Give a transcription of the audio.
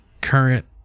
current